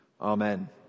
Amen